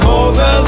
over